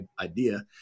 idea